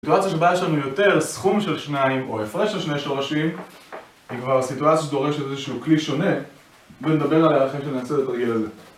סיטואציה שבה יש לנו יותר סכום של שניים, או הפרש של שני שורשים, היא כבר סיטואציה שדורשת איזשהו כלי שונה, ונדבר עליה אחרי שאני אעשה את הרגיל הזה.